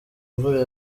mvura